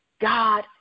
God